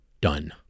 done